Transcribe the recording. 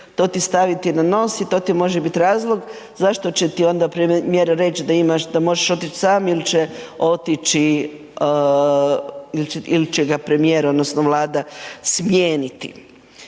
to staviti na nos i to ti može biti razlog zašto će ti premijer reći da možeš otići sam ili će ga premijer odnosno Vlada smijeniti.